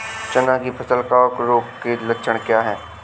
चना की फसल कवक रोग के लक्षण क्या है?